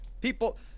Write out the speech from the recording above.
people